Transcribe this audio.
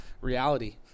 reality